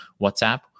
WhatsApp